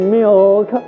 milk